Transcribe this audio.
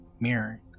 mirror